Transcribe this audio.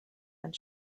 and